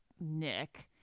Nick